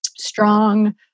Strong